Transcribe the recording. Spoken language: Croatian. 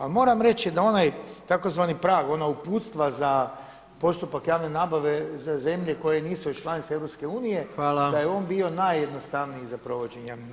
Ali moram reći da onaj tzv. prag, ona uputstva za postupak javne nabave za zemlje koje nisu članice EU da je on bio najjednostavniji za provođenje javne nabave.